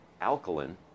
alkaline